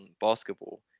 basketball